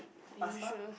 pasta